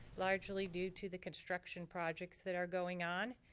largely due to the construction projects that are going on.